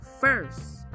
first